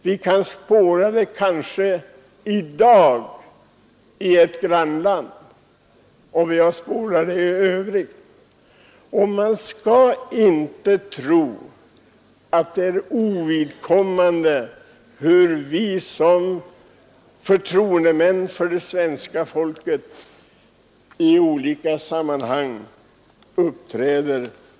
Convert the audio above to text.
Vi kan spåra det i dag i ett grannland, och vi har spårat det i andra sammanhang. Låt oss inte tro att det är ovidkommande hur vi som förtroendemän för det svenska folket uppträder.